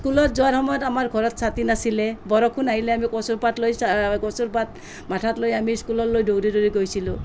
স্কুলত যোৱাৰ সময়ত আমাৰ ঘৰত ছাতি নাছিলে বৰষুণ আহিলে আমি কচুৰ পাত লৈ কচুৰ পাত মাথাত লৈ আমি স্কুললৈ দৌৰি দৌৰি গৈছিলোঁ